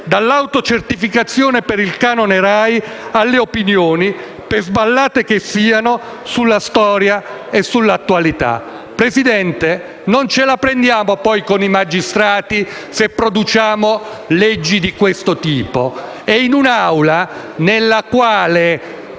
dall'autocertificazione per il canone Rai alle opinioni, per sballate che siano, sulla storia e sull'attualità. Signora Presidente, non ce la prendiamo poi con i magistrati se produciamo leggi di questo tipo. In un'Assemblea in